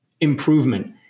improvement